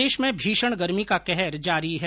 प्रदेश में भीषण गर्मी का कहर जारी है